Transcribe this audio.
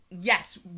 yes